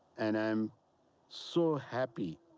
and i'm so happy,